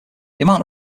amount